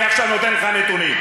אני עכשיו נותן לך נתונים,